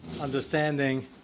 understanding